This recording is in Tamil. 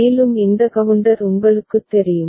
மேலும் இந்த கவுண்டர் உங்களுக்குத் தெரியும்